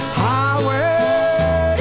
highway